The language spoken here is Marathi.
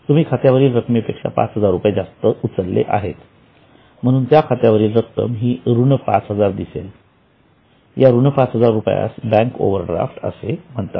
तुम्ही खात्यावरील रकमेपेक्षा पाच हजार रुपये जास्त उचललेले आहेत म्हणून खात्यावरील रक्कम ही ऋण 5000 दिसेल या ऋण 5000 रुपयास बँक ओव्हरड्राफ्ट असे म्हणतात